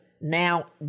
now